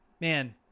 man